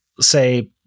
say